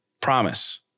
Promise